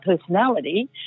personality